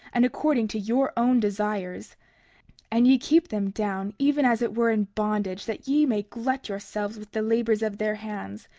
and according to your own desires and ye keep them down, even as it were in bondage, that ye may glut yourselves with the labors of their hands,